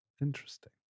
Interesting